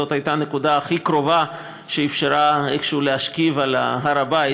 זאת הייתה הנקודה הכי קרובה שאפשרה איכשהו להשקיף על הר הבית